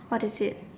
what is it